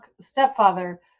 stepfather